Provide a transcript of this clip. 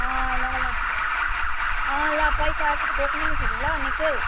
अँ ल ल अँ ल पैसा अलिक बोक्नु नि फेरि ल निकै